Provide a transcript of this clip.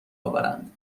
آورند